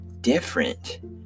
different